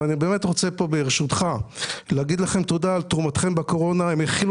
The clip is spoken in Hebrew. ואני רוצה להגיד לכם תודה על תרומתכם בקורונה; הם הכילו